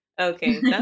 Okay